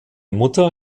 mutter